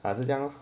啊是这样